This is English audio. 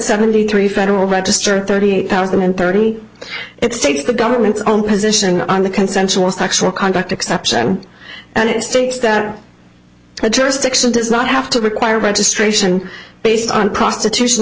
seventy three federal register thirty eight thousand and thirty it states the government's own position on the consensual sexual contact exception and it states that the jurisdiction does not have to require registration based on prostitution